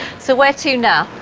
so where to now?